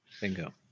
Bingo